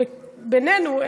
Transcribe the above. בינינו,